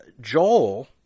Joel